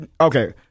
okay